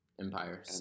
Empire